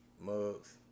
mugs